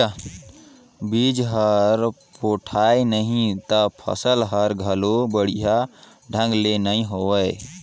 बिज हर पोठाय नही त फसल हर घलो बड़िया ढंग ले नइ होवे